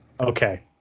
Okay